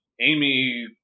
Amy